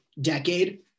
decade